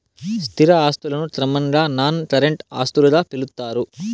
స్థిర ఆస్తులను క్రమంగా నాన్ కరెంట్ ఆస్తులుగా పిలుత్తారు